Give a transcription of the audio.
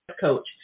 coach